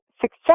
success